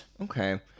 okay